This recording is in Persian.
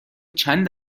چند